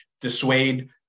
dissuade